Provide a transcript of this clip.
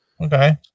okay